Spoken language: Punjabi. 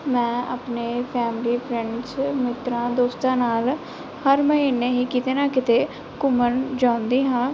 ਮੈਂ ਆਪਣੇ ਫੈਮਲੀ ਫਰੈਂਡਸ ਮਿੱਤਰਾਂ ਦੋਸਤਾਂ ਨਾਲ ਹਰ ਮਹੀਨੇ ਹੀ ਕਿਤੇ ਨਾ ਕਿਤੇ ਘੁੰਮਣ ਜਾਂਦੀ ਹਾਂ